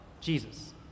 Jesus